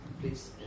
Please